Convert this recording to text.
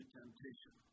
temptation